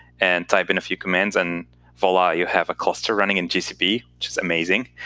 and type in a few commands, and voila, you have a cluster running in gcp, which is amazing.